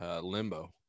limbo